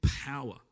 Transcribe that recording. power